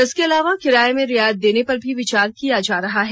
इसके अलावा किराए में रियायत देने पर भी विचार किया जा रहा है